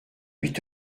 huit